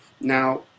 Now